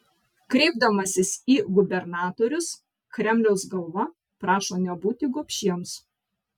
kreipdamasis į gubernatorius kremliaus galva prašo nebūti gobšiems